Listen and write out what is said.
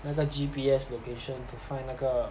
那个 G_P_S location to find 那个